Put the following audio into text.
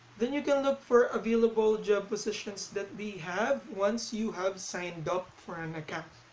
then you can look for available job positions that they have once you have signed up for an account.